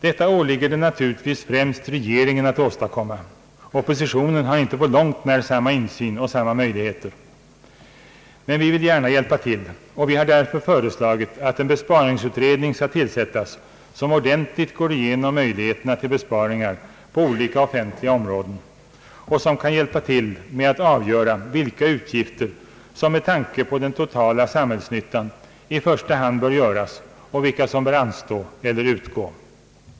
Detta åligger det naturligtvis främst regeringen att åstadkomma — oppositionen har inte på långt när samma insyn och samma möjligheter. Men vi vill gärna hjälpa till, och vi har därför föreslagit, att en besparingsutredning skall tillsättas, som ordentligt går igenom möjligheterna till besparingar på olika offentliga områden och som kan hjälpa till med att avgöra vilka utgifter som med tanke på den totala samhällsnyttan i första hand bör göras och vilka som bör anstå eller utgå.